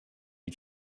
you